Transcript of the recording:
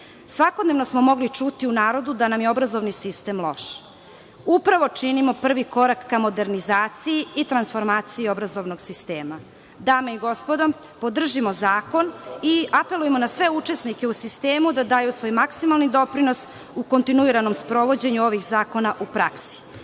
smo mogli čuti u narodu da nam je obrazovni sistem loš. Upravo činimo prvi korak ka modernizaciji i transformaciji obrazovnog sistema. Dame i gospodo, podržimo zakon i apelujmo na sve učesnike u sistemu da daju svoj maksimalni doprinos u kontinuiranom sprovođenju ovog zakona u praksi.